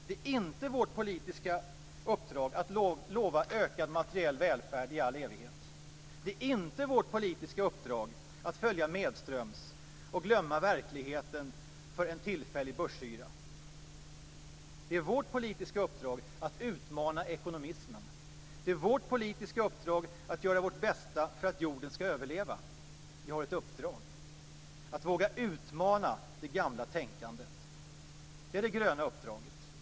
Det är inte vårt politiska uppdrag att lova ökad materiell välfärd i all evighet. Det är inte vårt politiska uppdrag att följa med medströms och glömma verkligheten för en tillfällig börsyra. Det är vårt politiska uppdrag att utmana ekonomismen. Det är vårt politiska uppdrag att göra vårt bästa för att jorden ska överleva. Vi har ett uppdrag: att våga utmana det gamla tänkandet. Det är det gröna uppdraget.